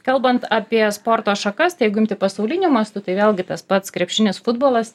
kalbant apie sporto šakas tai jeigu imti pasauliniu mastu tai vėlgi tas pats krepšinis futbolas